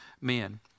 men